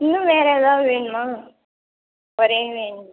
இன்னும் வேறு ஏதாவது வேணுமா ஒரே நேம்